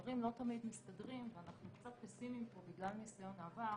שהדברים לא תמיד מסתדרים ואנחנו קצת פסימיים פה בגלל ניסיון העבר.